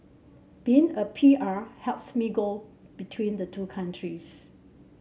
being a P R helps me go between the two countries